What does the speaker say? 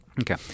Okay